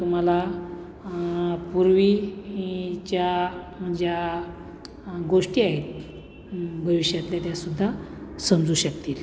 तुम्हाला आ पूर्वी ई च्या ज्या गोष्टी आहेत भविष्यातल्या त्यासुद्धा समजू शकतील